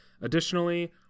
Additionally